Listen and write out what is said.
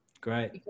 Great